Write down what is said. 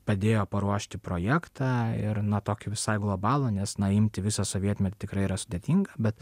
padėjo paruošti projektą ir na tokį visai globalų nes na imti visą sovietmetį tikrai yra sudėtinga bet